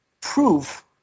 proof